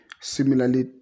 Similarly